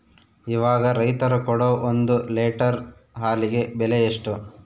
ಇವಾಗ ರೈತರು ಕೊಡೊ ಒಂದು ಲೇಟರ್ ಹಾಲಿಗೆ ಬೆಲೆ ಎಷ್ಟು?